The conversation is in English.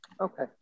Okay